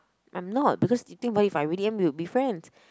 I'm not because if you think about it if I really am we would be friends